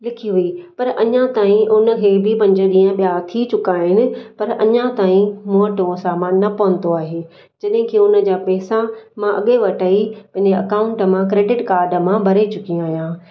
लिखी हुई पर अञा ताईं हुन खे बि पंज ॾींह ॿिया थी चुका आहिनि पर अञा ताईं मूं वटि उहो समानु न पहुतो आहे जॾहिं की उन जा पैसा मां अॻे वटि ई पंहिंजे अकाउंट मां क्रेडिट कार्ड मां भरे चुकी आयां